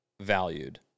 valued